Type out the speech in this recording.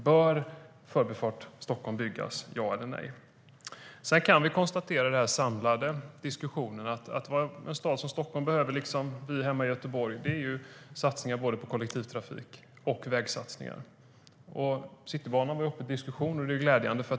Bör Förbifart Stockholm byggas - ja eller nej? Citybanan var uppe till diskussion, och det är glädjande.